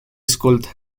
escolta